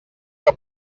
que